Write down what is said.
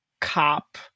cop